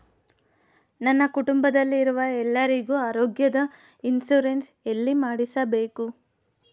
ನನ್ನ ಕುಟುಂಬದಲ್ಲಿರುವ ಎಲ್ಲರಿಗೂ ಆರೋಗ್ಯದ ಇನ್ಶೂರೆನ್ಸ್ ಎಲ್ಲಿ ಮಾಡಿಸಬೇಕು?